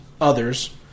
others